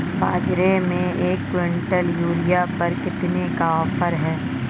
बाज़ार में एक किवंटल यूरिया पर कितने का ऑफ़र है?